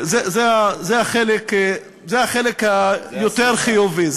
זה החלק היותר-חיובי.